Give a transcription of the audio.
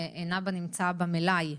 ואינה בנמצא במלאי.